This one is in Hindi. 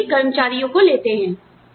वे इन सभी कर्मचारियों को लेते हैं